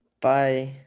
Bye